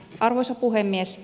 arvoisa puhemies